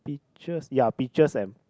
peaches ya peaches and